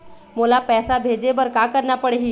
मोला पैसा भेजे बर का करना पड़ही?